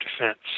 Defense